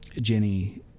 Jenny